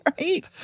Right